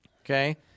Okay